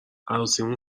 عروسیمون